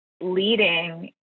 leading